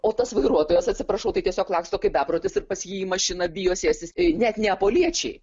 o tas vairuotojas atsiprašau tai tiesiog laksto kaip beprotis ir pas jį mašina bijo sėstis net neapoliečiai